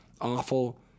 Awful